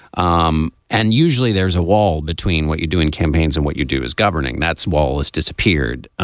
um and usually there's a wall between what you do in campaigns and what you do as governing. that's wall is disappeared.